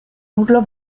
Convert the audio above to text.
urlo